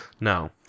No